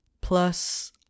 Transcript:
Plus